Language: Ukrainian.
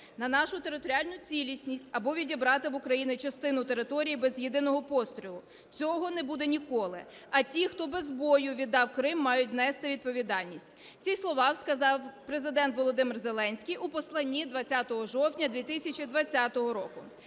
на нашу територіальну цілісність або відібрати в України частину території без єдиного пострілу, цього не буде ніколи, а ті, хто без бою віддав Крим, мають нести відповідальність. Ці слова сказав Президент Володимир Зеленський у Посланні 20 жовтня 2020 року.